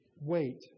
wait